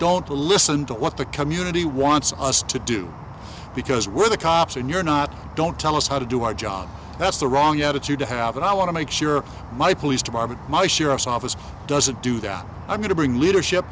don't listen to what the community wants us to do because we're the cops and you're not don't tell us how to do our job that's the wrong attitude to have and i want to make sure my police department my sheriff's office doesn't do that i'm going to bring leadership